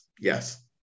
Yes